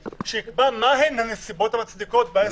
שיקבע מה הן הנסיבות המצדיקות בעסק הזה.